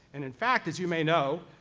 and in fact, as you may know,